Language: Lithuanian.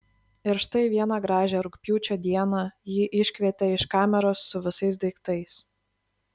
ir štai vieną gražią rugpjūčio dieną jį iškvietė iš kameros su visais daiktais